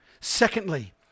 Secondly